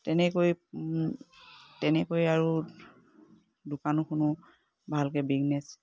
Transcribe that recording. তেনেকৈ তেনেকৈ আৰু দোকানখনো ভালকে বিজনেছ